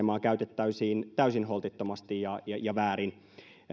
sitä monopoliasemaa käytettäisiin täysin holtittomasti ja ja väärin